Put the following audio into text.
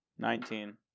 Nineteen